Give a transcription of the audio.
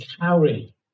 carry